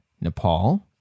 Nepal